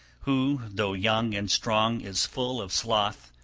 who, though young and strong, is full of sloth,